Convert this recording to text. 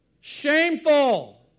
shameful